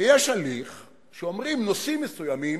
שיש הליך שאומרים, נושאים מסוימים,